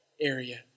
area